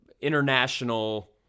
international